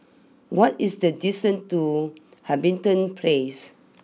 what is the distance to Hamilton place